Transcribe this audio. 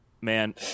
Man